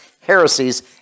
heresies